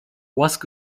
łask